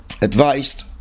advised